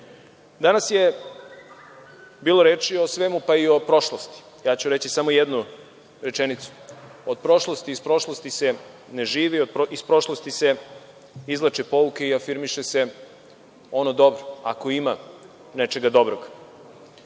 je bilo reči o svemu, pa i o prošlosti. Ja ću reći samo jednu rečenicu - iz prošlosti se ne živi, iz prošlosti se izvlače pouke i afirmiše se ono dobro, ako ima nečega dobro. Bilo